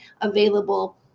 available